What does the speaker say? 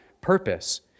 purpose